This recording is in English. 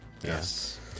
Yes